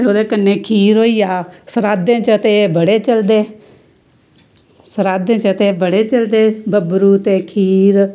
ते ओह्दे कन्ने खीर होई जा सराधें च ते बड़े चलदे सराधें च ते बड़े चलदे बब्बरू ते खीर